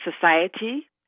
society